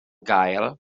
gael